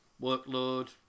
workload